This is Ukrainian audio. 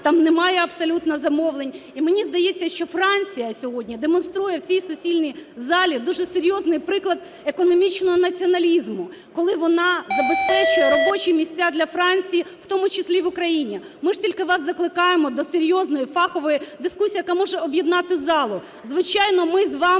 там немає абсолютно замовлень. І, мені здається, що Франція сьогодні демонструє в цій сесійній залі дуже серйозний приклад економічного націоналізму, коли вона забезпечує робочі місця для Франції, в тому числі і в Україні. Ми ж тільки вас закликаємо до серйозної фахової дискусії, яка може об'єднати залу. Звичайно, ми з вами